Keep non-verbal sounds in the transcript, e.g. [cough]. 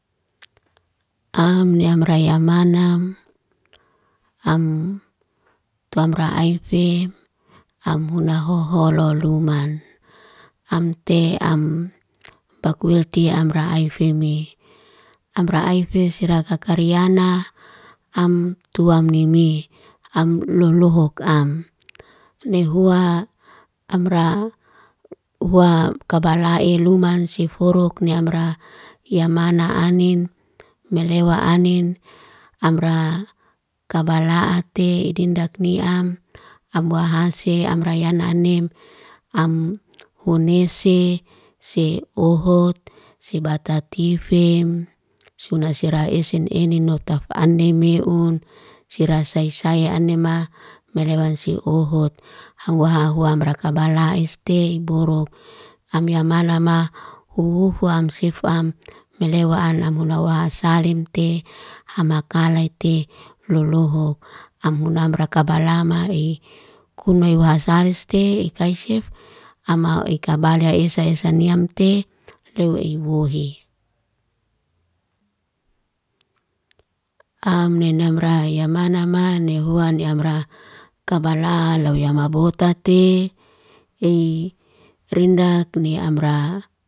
Am ni amraya manam, am tu amra aife, am huna hoholo luman. Am te am bakwelti amra aife me. Amra aife sirakakar yana, am tuam ni me, am lolohok am. Ne hua am ra hua kabala e luman siforuk ne amra yamana anin, melewa anin, amra kabala'ate. Dindak ni am, am wahasae, am rayana nim, am onese. Se ohot, se batatifem, suna seray esen enin no taf anin meun. Sirai un, sira say saya anema, melewa siohot, ham waha huam rakabala este borok, am yamala ma uufwam sif'am melewa an am hunawa am salemte hamakala te lolohok. Am huna amra kabalama e, kunaiwa saleste ikai sef, ama ikabala esa esa niam te loy ibuhi. [hesitation] am ne namra ya mana ma nehuan amra, kabala loya mabota te ey rindak ne amraa.